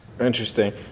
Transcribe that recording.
Interesting